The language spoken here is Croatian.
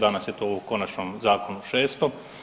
Danas je to u konačnom zakonu 600.